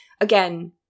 again